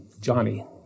Johnny